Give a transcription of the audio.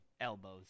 Elbows